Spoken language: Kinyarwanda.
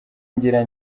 ngira